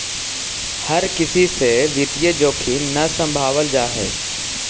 हर किसी से वित्तीय जोखिम न सम्भावल जा हई